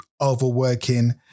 overworking